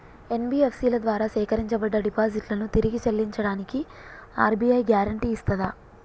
NBFC ల ద్వారా సేకరించబడ్డ డిపాజిట్లను తిరిగి చెల్లించడానికి ఆర్.బి.ఐ గ్యారెంటీ ఇస్తదా?